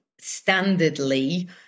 standardly